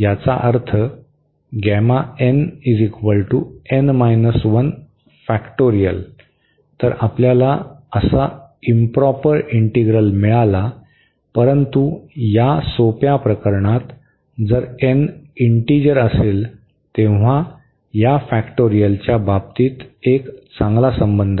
याचा अर्थ तर आपल्याला असा इंप्रॉपर इंटीग्रल मिळाला परंतु या सोप्या प्रकरणात जर एन इंटीजर असेल तेव्हा या फॅक्टोरियलच्या बाबतीत एक चांगला संबंध आहे